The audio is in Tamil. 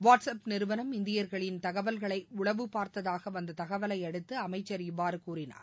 வாட்ஸ் அப் நிறுவனம் இந்தியர்களின் தகவல்களை உளவு பார்த்ததாக வந்த தகவலையடுத்து இவ்வாறு அமைச்சர் கூறினார்